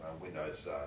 Windows